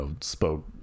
spoke